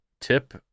tip